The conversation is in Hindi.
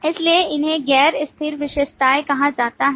इसलिए इन्हें गैर स्थिर विशेषताएं कहा जाता है